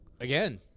again